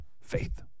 Faith